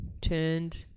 turned